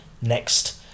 next